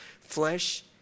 flesh